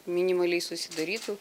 minimaliai susidarytų